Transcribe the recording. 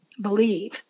believe